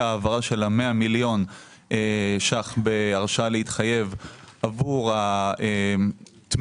העברה של ה-100 מיליון ₪ בהרשאה להתחייב עבור התמיכות